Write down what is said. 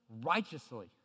righteously